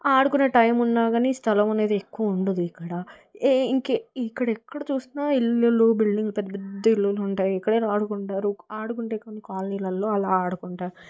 ఆడుకునే టైమున్నా కాని స్థలం అనేది ఎక్కువ ఉండదు ఎక్కడ ఇంకా ఇక్కడ ఎక్కడ చూసిన ఇల్లులు బిల్డింగులు పెద్ద పెద్ద ఇల్లులు ఉంటాయి ఎక్కడైనా ఆడుకుంటారు ఆడుకుంటే కాలనీలలో అలా ఆడుకుంటారు